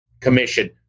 commission